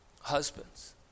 Husbands